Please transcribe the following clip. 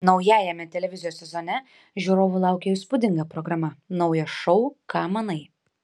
naujajame televizijos sezone žiūrovų laukia įspūdinga programa naujas šou ką manai